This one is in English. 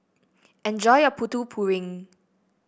enjoy your Putu Piring